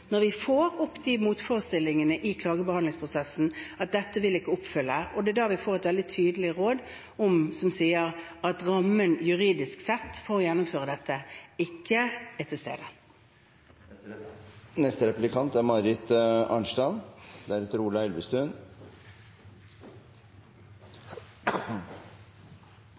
når vi i klagebehandlingsprosessen får opp motforestillingene, at dette ikke vil bli oppfylt. Det er da vi får et veldig tydelig råd som sier at rammen for å gjennomføre dette juridisk sett ikke er til stede. Marit Arnstad – til oppfølgingsspørsmål. Det som står fast i denne saken, er